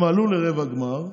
הם עלו לרבע גמר,